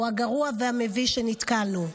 הוא הגרוע והמביש שנתקלנו בו.